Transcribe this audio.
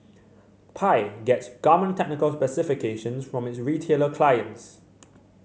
pi gets garment technical specifications from its retailer clients